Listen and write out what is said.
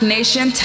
Nation